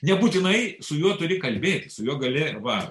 nebūtinai su juo turi kalbėti su jio gali va